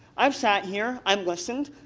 i've sat here. i've listened.